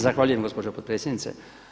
Zahvaljujem gospođo potpredsjednice.